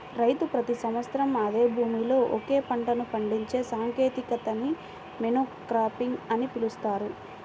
రైతు ప్రతి సంవత్సరం అదే భూమిలో ఒకే పంటను పండించే సాంకేతికతని మోనోక్రాపింగ్ అని పిలుస్తారు